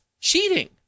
cheating